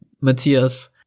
Matthias